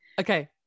okay